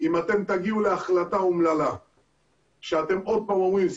אם אתם תגיעו להחלטה אומללה שאתם עוד פעם אומרים,